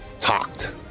Talked